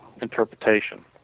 interpretation